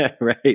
right